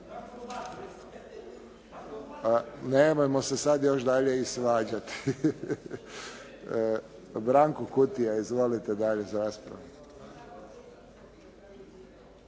Nemojmo se sada još dalje i svađati. Branko Kutija, izvolite dalje za raspravu.